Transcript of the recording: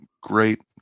great